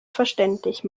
verständlich